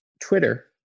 Twitter